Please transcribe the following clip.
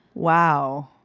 wow.